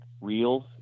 reels